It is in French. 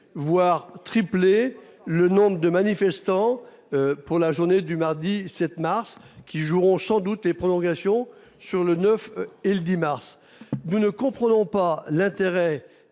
voire tripler le nombre de manifestants. Pour la journée du mardi 7 mars qui joueront sans doute les prolongations sur le neuf et le 10 mars. Nous ne comprenons pas l'intérêt